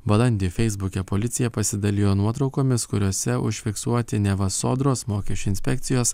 balandį feisbuke policija pasidalijo nuotraukomis kuriose užfiksuoti neva sodros mokesčių inspekcijos